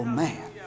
man